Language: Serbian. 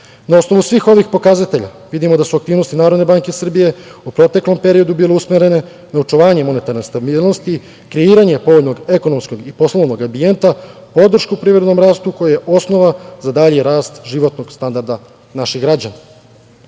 osnovu svih ovih pokazatelja vidimo da su aktivnosti NBS u proteklom periodu bile usmerene na očuvanje monetarne stabilnosti, kreiranje povoljnog ekonomskog i poslovnog ambijenta, podršku privrednom rastu, koji je osnova za dalji rast životnog standarda naših građana. Ono